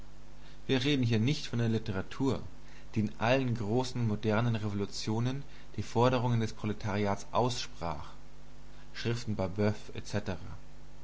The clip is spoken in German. wir reden hier nicht von der literatur die in allen großen modernen revolutionen die forderungen des proletariats aussprach